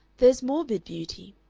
there's morbid beauty,